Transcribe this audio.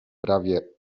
prawie